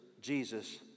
Jesus